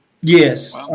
Yes